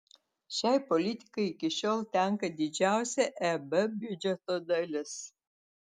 šiai politikai iki šiol tenka didžiausia eb biudžeto dalis